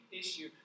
issue